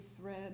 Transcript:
thread